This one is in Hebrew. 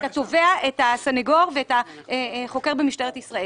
הצעתי להוסיף את התובע, הסניגור והחוקר המשטרתי.